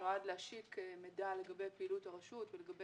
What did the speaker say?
שנועד כמידע לגבי פעילות הרשות ולגבי